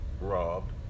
robbed